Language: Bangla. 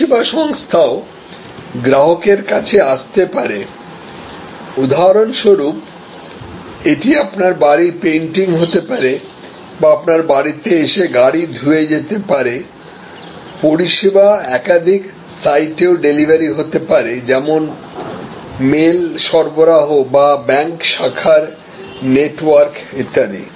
পরিষেবা সংস্থাও গ্রাহকের কাছে আসতে পারে উদাহরণস্বরূপ এটি আপনার বাড়ির পেইন্টিং হতে পারে বা আপনার বাড়িতে এসে গাড়ি ধুতে পারেপরিষেবা একাধিক সাইটেও ডেলিভারি হতে পারে যেমন মেল সরবরাহ বা ব্যাংক শাখার নেটওয়ার্ক ইত্যাদি